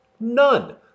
none